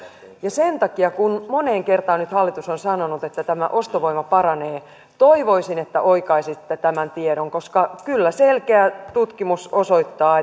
ja sen takia kun nyt moneen kertaan hallitus on sanonut että tämä ostovoima paranee toivoisin että oikaisisitte tämän tiedon koska kyllä selkeä tutkimus osoittaa